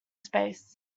space